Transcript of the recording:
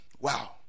Wow